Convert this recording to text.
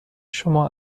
شما